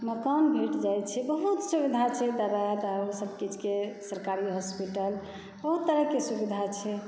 मकान भेट जाइ छै बहुत सुविधा छै दबाइ दारूसभ किछुके सरकारी हॉस्पिटल बहुत तरहके सुविधा छै